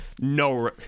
no